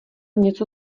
něco